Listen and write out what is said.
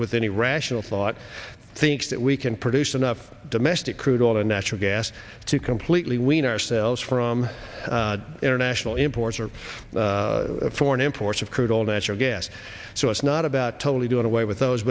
with any rational thought thinks that we can produce enough domestic crude oil and natural gas to completely wean ourselves from international imports or foreign imports of crude oil natural gas so it's not about totally doing away with those